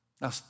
Now